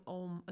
om